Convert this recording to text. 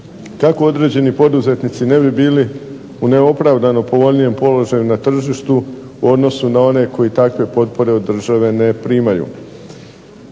kako određeni poduzetnici ne bi bili u neopravdano povoljnijem položaju na tržištu u odnosu na one koji takve potpore od države ne primaju.